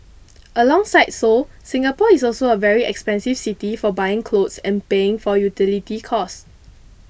alongside Seoul Singapore is also a very expensive city for buying clothes and paying for utility costs